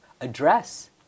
address